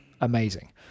amazing